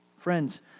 Friends